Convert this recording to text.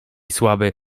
słaby